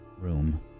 room